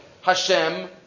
Hashem